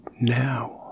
now